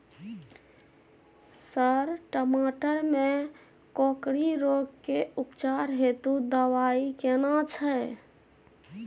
Sir टमाटर में कोकरि रोग के उपचार हेतु दवाई केना छैय?